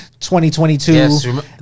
2022